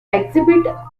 exhibit